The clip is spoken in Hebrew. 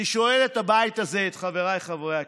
אני שואל את הבית הזה, את חבריי חברי הכנסת: